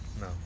No